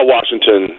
Washington